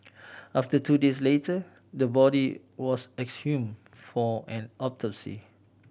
after two days later the body was exhume for an autopsy